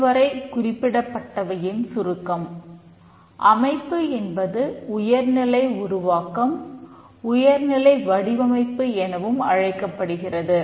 இதுவரை குறிப்பிடப்பட்டவையின் சுருக்கம் அமைப்பு என்பது உயர்நிலை உருவாக்கம் உயர்நிலை வடிவமைப்பு எனவும் அழைக்கப்படுகிறது